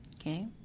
okay